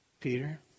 Peter